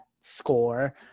score